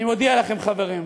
חברים,